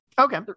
Okay